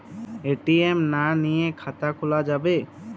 ATM না নিয়ে খাতা খোলা যাবে?